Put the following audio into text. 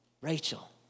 Rachel